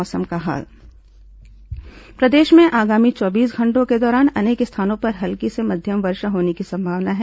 मौसम प्रदेश में आगामी चौबीस घंटों के दौरान अनेक स्थानों पर हल्की से मध्यम वर्षा होने की संभावना है